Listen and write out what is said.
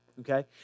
Okay